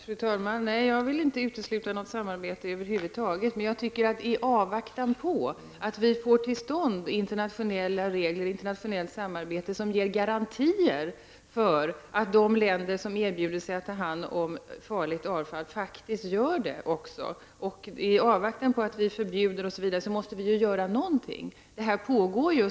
Fru talman! Nej, jag vill inte utesluta något samarbete över huvud taget, men jag tycker att i avvaktan på att vi får regler för internationellt samarbete, vilka ger garantier för att de länder som erbjuder sig att ta hand om farligt avfall faktiskt också iakttar dem, måste vi göra någonting.